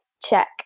check